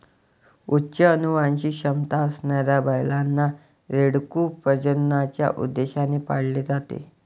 उच्च अनुवांशिक क्षमता असणाऱ्या बैलांना, रेडकू प्रजननाच्या उद्देशाने पाळले जाते